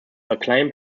acclaimed